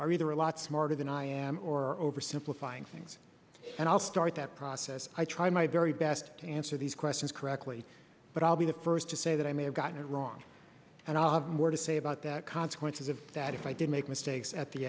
are either a lot smarter than i am or oversimplifying things and i'll start that process i try my very best to answer these questions correctly but i'll be the first to say that i may have gotten it wrong and i'll have more to say about that consequences of that if i did make mistakes at the